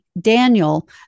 daniel